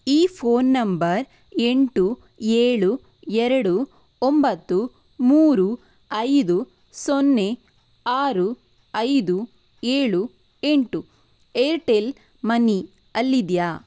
ಈ phone number ಎಂಟು ಏಳು ಎರಡು ಒಂಬತ್ತು ಮೂರು ಐದು ಸೊನ್ನೆ ಆರು ಐದು ಏಳು ಎಂಟು ಏರ್ಟೆಲ್ ಮನಿ ಅಲ್ಲಿದೆಯಾ